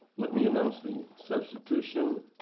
let me announce the substitution